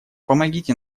помогите